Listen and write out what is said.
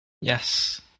Yes